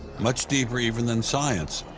much deeper even than science.